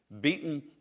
beaten